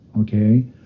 Okay